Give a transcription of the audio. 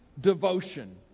devotion